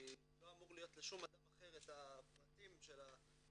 כי לא אמור להיות לשום אדם אחר את הפרטים של הדרכון